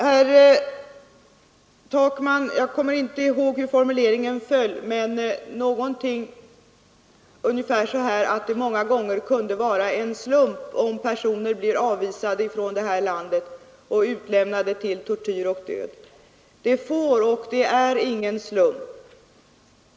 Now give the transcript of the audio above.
Hur herr Takmans ord föll kommer jag inte ihåg, men innebörden var ungefär den att det många gånger kunde vara en slump om människor blir avvisade från vårt land och utlämnade till tortyr och död. Det får icke vara och är heller icke någon slump som avgör.